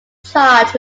charged